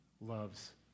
loves